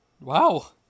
Wow